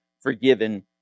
forgiven